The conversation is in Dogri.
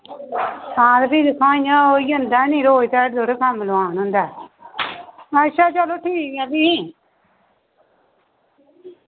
आं भी दिक्खो आं इंया ओह् होई जंदा निं यरो रोज़ ध्याड़ी थोह्ड़े ना कम्म लोआना होंदा ऐ अच्छा चलो ठीक ऐ भी